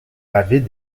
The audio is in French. avait